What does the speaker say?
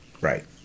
right